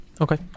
Okay